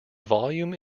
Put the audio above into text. volume